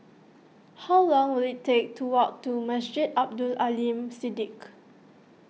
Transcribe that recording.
how long will it take to walk to Masjid Abdul Aleem Siddique